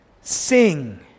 sing